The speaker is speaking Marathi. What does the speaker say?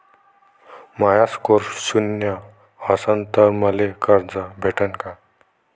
माया स्कोर शून्य असन तर मले कर्ज भेटन का?